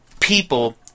People